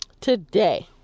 today